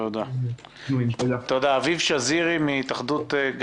תודה רבה על ההזדמנות.